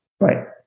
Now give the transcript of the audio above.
right